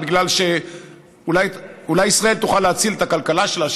בגלל שאולי ישראל תוכל להציל את הכלכלה שלה,